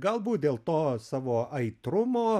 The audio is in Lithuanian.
galbūt dėl to savo aitrumo